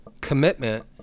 Commitment